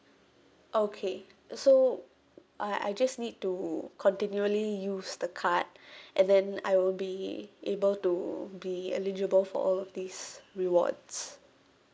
okay so uh I just need to continually use the card and then I'll be able to be eligible for all these rewards